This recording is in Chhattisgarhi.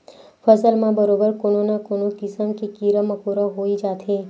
फसल म बरोबर कोनो न कोनो किसम के कीरा मकोरा होई जाथे